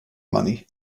money